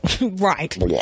Right